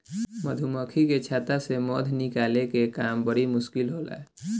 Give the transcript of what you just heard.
मधुमक्खी के छता से मध निकाले के काम बड़ी मुश्किल होला